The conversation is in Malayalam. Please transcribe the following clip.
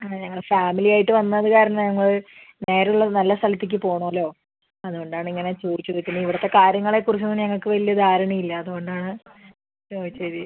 ആ ഞങ്ങൾ ഫാമിലി ആയിട്ട് വന്നത് കാരണം ഞങ്ങൾ നേരെ ഉള്ള നല്ല സ്ഥലത്തേക്ക് പോണോല്ലോ അതുകൊണ്ടാണ് ഇങ്ങനെ ചോദിച്ചത് പിന്നെ ഇവിടുത്തെ കാര്യങ്ങളെ കുറിച്ചൊന്നും ഞങ്ങൾക്ക് വലിയ ധാരണയില്ല അതുകൊണ്ടാണ് ചോദിച്ചത്